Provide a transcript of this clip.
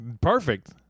Perfect